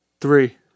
Three